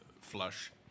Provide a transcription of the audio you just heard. flush